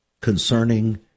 concerning